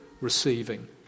receiving